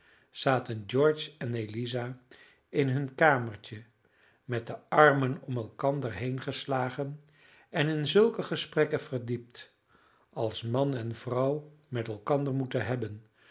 zaten george en eliza in hun kamertje met de armen om elkander heengeslagen en in zulke gesprekken verdiept als man en vrouw met elkander moeten hebben